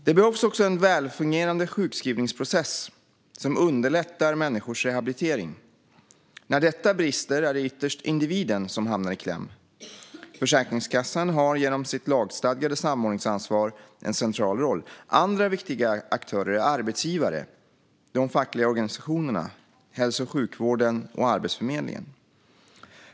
Det behövs också en välfungerande sjukskrivningsprocess som underlättar människors rehabilitering. När detta brister är det ytterst individen som hamnar i kläm. Försäkringskassan har genom sitt lagstadgade samordningsansvar en central roll. Andra viktiga aktörer är arbetsgivare, de fackliga organisationerna, hälso och sjukvården och Arbetsförmedlingen.